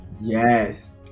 Yes